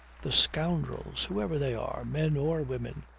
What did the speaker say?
the scoundrels whoever they are, men or women,